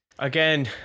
Again